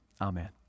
amen